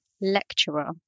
lecturer